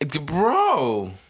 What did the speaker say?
Bro